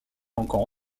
encore